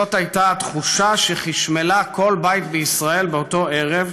זאת הייתה התחושה שחשמלה כל בית בישראל באותו ערב,